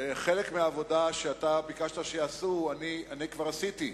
חלק מהעבודה שאתה ביקשת שיעשו, אני כבר עשיתי.